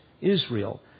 Israel